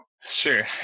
Sure